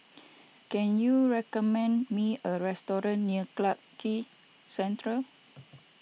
can you recommend me a restaurant near Clarke Quay Central